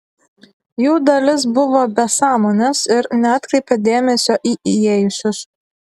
jų dalis buvo be sąmonės ir neatkreipė dėmesio į įėjusius